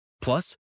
plus